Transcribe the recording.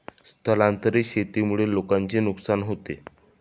स्थलांतरित शेतीमुळे लोकांचे नुकसान होते